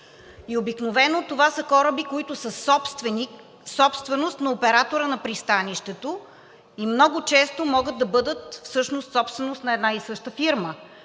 обикновено това са кораби, които са собственост на оператора на пристанището и много често могат да бъдат всъщност собственост на една и съща фирма,